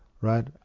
Right